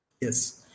Yes